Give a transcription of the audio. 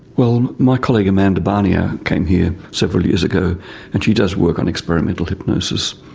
well my colleague amanda barnier came here several years ago and she does work on experimental hypnosis.